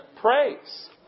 Praise